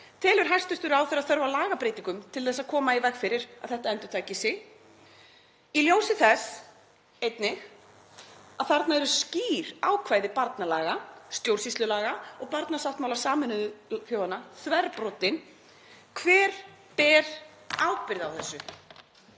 Telur hæstv. ráðherra þörf á lagabreytingum til að koma í veg fyrir að þetta endurtaki sig í ljósi þess einnig að þarna eru skýr ákvæði barnalaga, stjórnsýslulaga og barnasáttmála Sameinuðu þjóðanna þverbrotin? Hver ber ábyrgð á þessu?